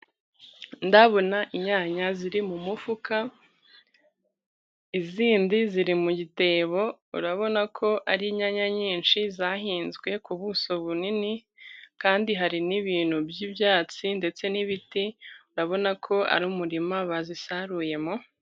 Ndabona inyanya ziri mu mufuka izindi ziri mu gitebo, urabona ko ari inyanya nyinshi zahinzwe ku buso bunini kandi hari n'ibintu by'ibyatsi ndetse n'ibiti urabona ko ari umurima bazisaruyemo.